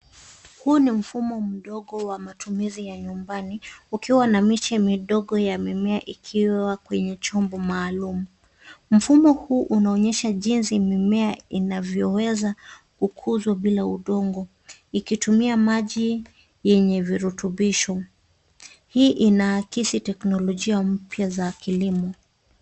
Huu ni mfumo mdogo wa matumizi ya nyumbani, ukiwa na miche midogo ya mimea ikiwa kwenye chombo maalum. Mfumo huu unaonyesha jinsi mimea inavyoweza kukuzwa bila udongo, ikitumia maji yenye virutubisho. Hii inaakisi teknolojia mpya za kilimo.